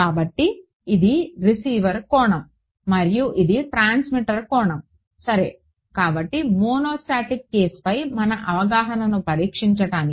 కాబట్టి ఇది Rx కోణం మరియు ఇది Tx కోణం సరే కాబట్టి మోనోస్టాటిక్ కేసుపై మన అవగాహనను పరీక్షించడానికి